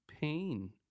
pain